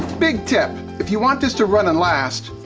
big tip, if you want this to run and last,